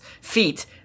feet